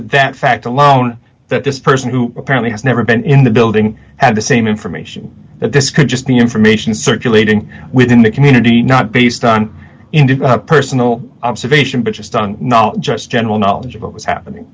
that fact alone that this person who apparently has never been in the building and the same information that this could just be information circulating within the community not based on indeed personal observation but just on not just general knowledge of what was happening